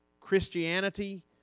Christianity